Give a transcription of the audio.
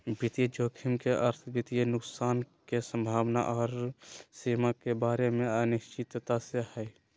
वित्तीय जोखिम के अर्थ वित्तीय नुकसान के संभावना आर सीमा के बारे मे अनिश्चितता से हय